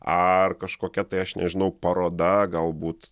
ar kažkokia tai aš nežinau paroda galbūt